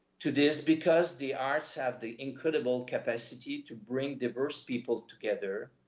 to this, because the arts have the incredible capacity to bring diverse people together,